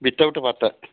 without പത്ത്